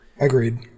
Agreed